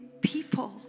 people